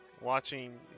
Watching